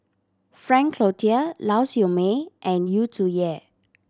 Frank Cloutier Lau Siew Mei and Yu Zhuye